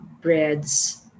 breads